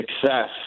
success